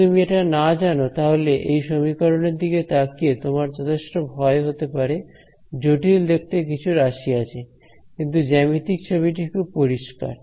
যদি তুমি এটা না জানো তাহলে এই সমীকরণ এর দিকে তাকিয়ে তোমার যথেষ্ট ভয় হতে পারে জটিল দেখতে কিছু রাশি আছে কিন্তু জ্যামিতিক ছবিটি খুব পরিষ্কার